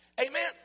Amen